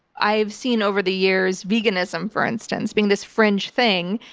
i have seen over the years veganism, for instance, being this fringe thing,